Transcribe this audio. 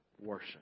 worship